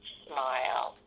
smile